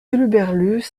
hurluberlues